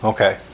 Okay